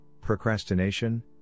procrastination